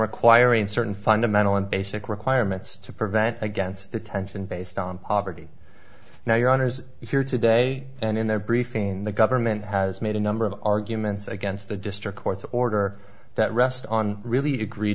requiring certain fundamental and basic requirements to prevent against detention based on poverty now your honour's here today and in their briefing the government has made a number of arguments against the district court's order that rests on really egre